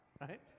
right